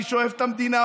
מי שאוהב את המדינה,